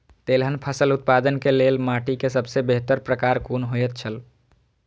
तेलहन फसल उत्पादन के लेल माटी के सबसे बेहतर प्रकार कुन होएत छल?